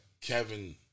Kevin